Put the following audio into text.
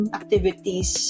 activities